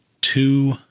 two